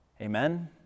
Amen